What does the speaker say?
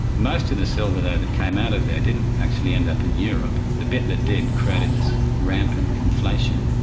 most of the silver though that came out of there, didn't actually end up in europe the bit that did created this rampant inflation.